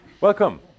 Welcome